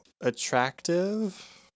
attractive